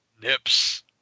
Nips